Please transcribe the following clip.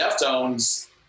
Deftones